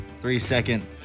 three-second